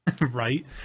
Right